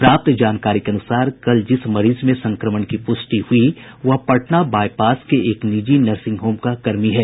प्राप्त जानकारी के अनुसार कल जिस मरीज में संक्रमण की प्रष्टि हुयी वह पटना बाईपास के एक निजी नर्सिंग होम का कर्मी है